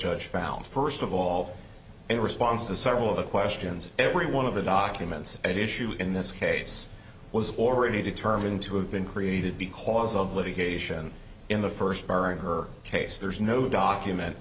judge found first of all in response to several of the questions every one of the documents at issue in this case was already determined to have been created because of litigation in the first bar in her case there's no document